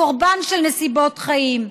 קורבן של נסיבות חיים,